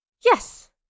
Yes